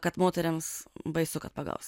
kad moterims baisu kad pagaus